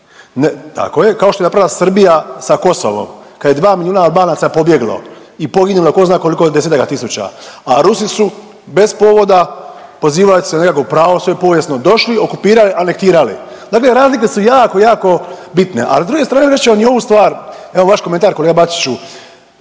tako je, kao što je napravila Srbija sa Kosovom kad je dva milijuna Albanaca pobjeglo i poginulo i ko zna koliko desetaka tisuća, a Rusi su bez povoda pozivali se na nekakvo pravo svoje povijesno došli, okupirali i anektirali, dakle razlike su jako, jako bitne. Al s druge strane reći ću vam i ovu stvar, evo vaš komentar kolega Bačiću.